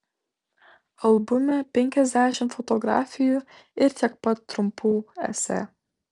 albume penkiasdešimt fotografijų ir tiek pat trumpų esė